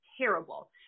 terrible